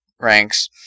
ranks